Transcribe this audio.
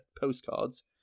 postcards